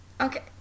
Okay